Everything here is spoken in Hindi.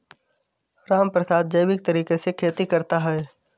रामप्रसाद जैविक तरीके से खेती करता है